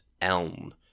elm